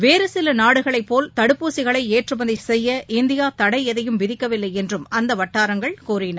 வேறு சில நாடுகளை போல் தடுப்பூசிகளை ஏற்றுமதி செய்ய இந்தியா தடை எதையும் விதிக்கவில்லை என்றும் அந்த வட்டாரங்கள் கூறின